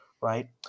right